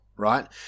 Right